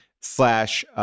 slash